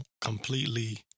completely